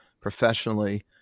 professionally